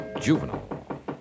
juvenile